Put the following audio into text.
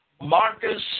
Marcus